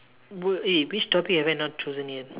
wait eh which topic have I not chosen yet